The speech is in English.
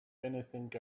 anything